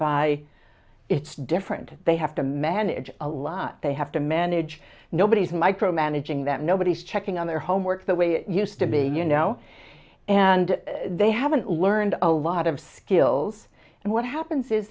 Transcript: by it's different they have to manage a lot they have to manage nobody's micromanaging that nobody's checking on their homework the way it used to be you know and they haven't learned a lot of skills and what happens is